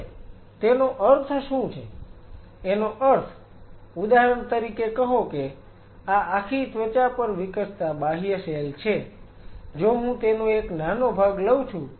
હવે તેનો અર્થ શું છે એનો અર્થ ઉદાહરણ તરીકે કહો કે આ આખી ત્વચા પર વિકસતા બાહ્ય સેલ છે જો હું તેનો એક નાનો ભાગ લઉં છું